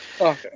okay